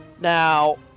Now